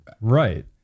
Right